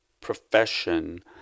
profession